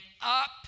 up